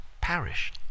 parish